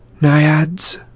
naiads